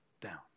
down